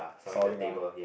sawing ah